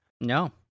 No